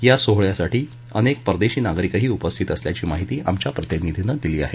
या सोहळयासाठी अनेक परदेशी नागरिकही उपस्थित असल्याची माहिती आमच्या प्रतिनिधीनं दिली आहे